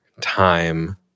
time